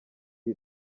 y’i